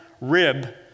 rib